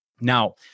now